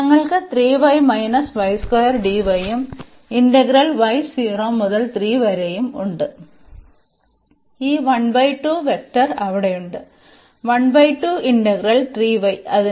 അതിനാൽ ഞങ്ങൾക്ക് യും ഇന്റഗ്രൽ y 0 മുതൽ 3 വരെയും ഉണ്ട് ഈ വെക്റ്റർ അവിടെയുണ്ട് ഇന്റഗ്രൽ 3 y